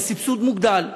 וסבסוד מוגדל.